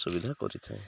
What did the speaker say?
ସୁବିଧା କରିଥାଏ